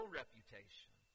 reputation